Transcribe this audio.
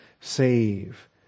save